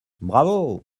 bravo